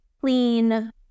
clean